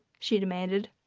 she demanded.